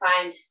find